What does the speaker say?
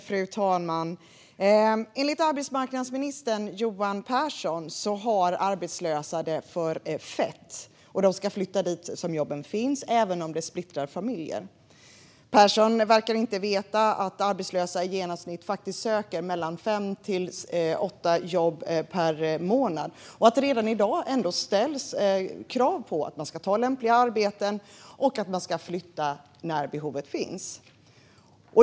Fru talman! Enligt arbetsmarknadsminister Johan Pehrson har arbetslösa det för fett, och de ska flytta dit jobben finns även om det splittrar familjer. Pehrson verkar inte veta att arbetslösa faktiskt söker i genomsnitt fem till åtta jobb per månad och att det redan i dag ställs krav på att man ska ta lämpliga arbeten och flytta när behovet finns.